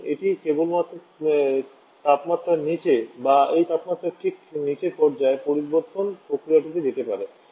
সুতরাং এটি কেবলমাত্র তাপমাত্রার নীচে বা এই তাপমাত্রার ঠিক নীচে পর্যায় পরিবর্তন প্রক্রিয়াতে যেতে পারে